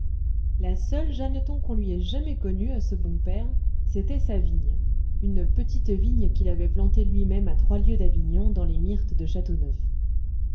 la seule jeanneton qu'on lui ait jamais connue à ce bon père c'était sa vigne une petite vigne qu'il avait plantée lui-même à trois lieues d'avignon dans les myrtes de château neuf